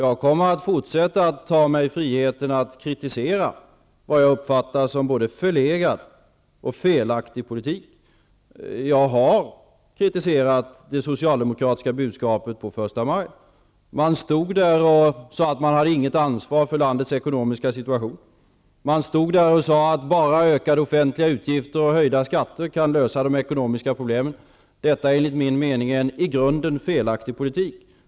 Jag kommer att fortsätta att ta mig friheten att kritisera vad jag uppfattar som förlegad och felaktig politik. Jag har kritiserat det socialdemokratiska budskapet på första maj. Man stod där och sade att man inte har något ansvar för landets ekonomiska situation. Man stod där och sade att bara ökade offentliga utgifter och höjda skatter kan lösa de ekonomiska problemen. Detta är enligt min mening en i grunden felaktig politik.